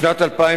בשנת 2009